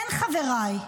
כן, חבריי,